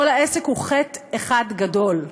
כל העסק הוא חטא אחד גדול.